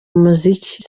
umuziki